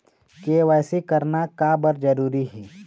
KYC करना का बर जरूरी हे?